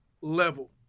level